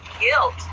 guilt